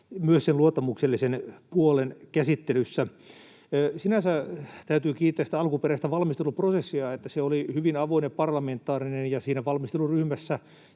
myös sen luottamuksellisen puolen käsittelyssä. Sinänsä täytyy kiittää sitä alkuperäistä valmisteluprosessia, että se oli hyvin avoin ja parlamentaarinen ja että siinä valmisteluryhmässä